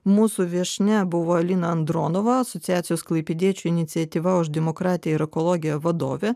mūsų viešnia buvo alina andronova asociacijos klaipėdiečių iniciatyva už demokratiją ir ekologiją vadovė